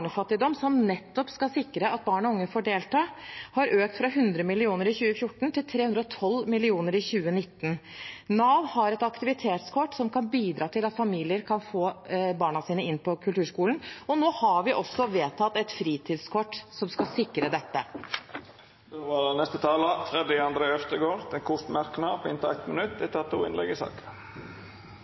og unge får delta, har økt fra 100 mill. kr i 2014 til 312 mill. kr i 2019. Nav har et aktivitetskort som kan bidra til at familier kan få barna sine inn på kulturskolen, og nå har vi også vedtatt et fritidskort som skal sikre dette. Representanten Freddy André Øvstegård har hatt ordet to gonger tidlegare og får ordet til ein kort merknad, avgrensa til 1 minutt.